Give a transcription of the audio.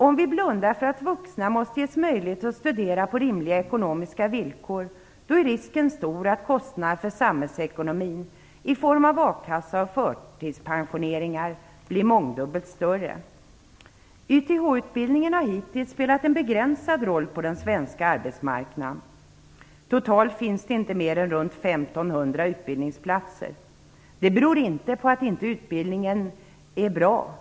Om vi blundar för att vuxna måste ges möjligheter att studera på rimliga ekonomiska villkor är risken stor att kostnaderna för samhällsekonomin i form av a-kassa och förtidspensioneringar blir mångdubbelt större. YTH-utbildningen har hittills spelat en begränsad roll på den svenska arbetsmarknaden. Det finns totalt inte mer än runt 1 500 utbildningsplatser. Det beror inte på att utbildningen inte är bra.